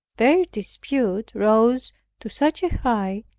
their dispute rose to such a height,